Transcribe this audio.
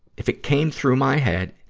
if it came through my head,